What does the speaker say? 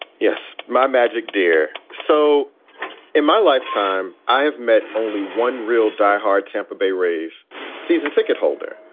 yes, my magic deer. so in my lifetime, i have met only one real diehard tampa bay rays season ticket holder,